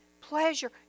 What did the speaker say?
pleasure